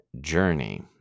journey